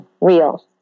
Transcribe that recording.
real